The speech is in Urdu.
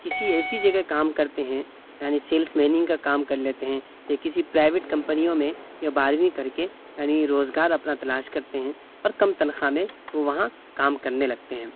کسی ایسی جگہ کام کرتے ہیں یعنی سیلس مینگ کا کام کر لیتے ہیں یا کسی پرائیویٹ کمپنیوں میں یا بارہویں کر کے یعنی روزگار اپنا تلاش کرتے ہیں اور کم تنخواہ میں وہ وہاں کام کرنے لگتے ہیں